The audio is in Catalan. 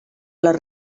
les